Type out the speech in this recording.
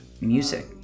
music